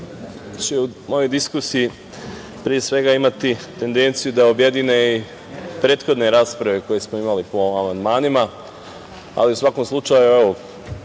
u ovoj diskusiji pre svega imati tendenciju da objedine i prethodne rasprave koje smo imali po ovim amandmanima, ali u svakom slučaju evo